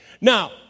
Now